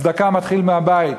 צדקה מתחילה מהבית: